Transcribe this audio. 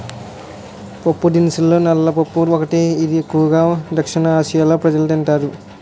పప్పుదినుసుల్లో నల్ల పప్పు ఒకటి, ఇది ఎక్కువు గా దక్షిణఆసియా ప్రజలు తింటారు